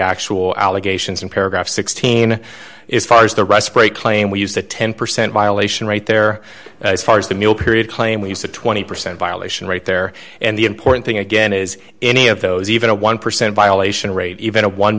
actual allegations in paragraph sixteen is far as the respray claim we use the ten percent violation rate there as far as the middle period claim leaves a twenty percent violation rate there and the important thing again is any of those even a one percent violation rate even a one